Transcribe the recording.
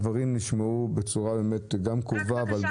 הדברים נשמעו והם כואבים.